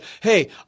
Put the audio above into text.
hey